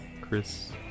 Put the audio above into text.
Chris